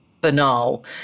banal